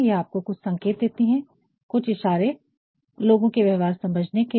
यह आपको कुछ संकेत देती है कुछ इशारे लोगों के व्यवहार को समझने के लिए